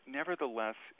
nevertheless